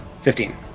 Fifteen